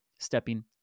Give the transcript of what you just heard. stepping